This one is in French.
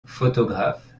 photographe